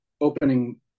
opening